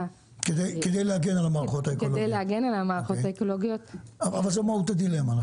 להגן על המערכות האקולוגיות --- אבל זו מהות הדילמה.